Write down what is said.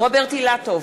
רוברט אילטוב,